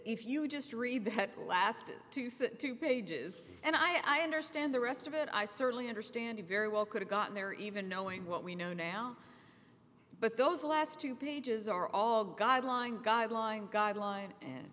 if you just read the last two sit two pages and i understand the rest of it i certainly understand it very well could have gotten there even knowing what we know now but those last two pages are all guideline guidelines guideline and